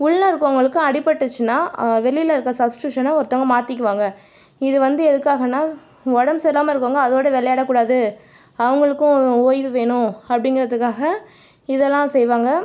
உள்ளே இருக்கிறவங்களுக்கு அடிப்பட்டுச்சுனால் வெளியில் இருக்கிற சப்ஸ்டியூஷனை ஒருத்தங்க மாற்றிக்குவாங்க இது வந்து எதுக்காகன்னால் உடம்பு சரியில்லாம இருக்கிறவங்க அதோடு விளையாடக்கூடாது அவங்களுக்கும் ஓய்வு வேணும் அப்படிங்கறதுக்காக இதெல்லாம் செய்வாங்க